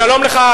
שלום לך,